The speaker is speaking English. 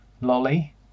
Lolly